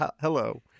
Hello